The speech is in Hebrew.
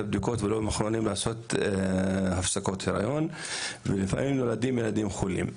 הבדיקות ולא מוכנים לעשות הפסקות היריון ולפעמים נולדים ילדים חולים.